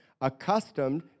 Accustomed